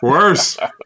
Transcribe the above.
Worse